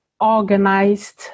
organized